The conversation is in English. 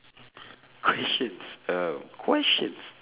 question um questions